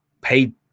paid